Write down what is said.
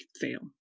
fail